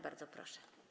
Bardzo proszę.